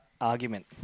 argument